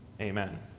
Amen